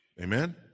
Amen